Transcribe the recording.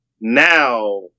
now